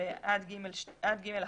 עד (ג)(1),